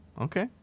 Okay